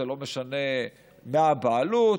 לא משנה מה הבעלות,